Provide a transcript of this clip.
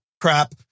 crap